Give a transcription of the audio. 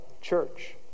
church